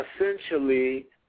essentially